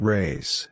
Race